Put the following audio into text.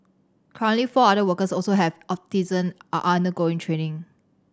currently four other workers also have autism are undergoing training